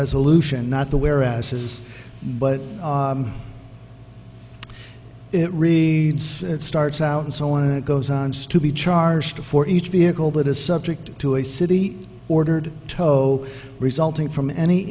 resolution not the where asses but it reads it starts out and so on it goes on still be charged for each vehicle that is subject to a city ordered toto resulting from any